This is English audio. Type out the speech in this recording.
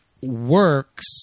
works